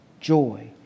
joy